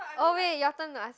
oh wait your turn to ask